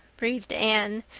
breathed anne,